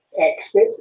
exit